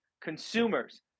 consumers